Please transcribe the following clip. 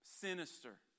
Sinister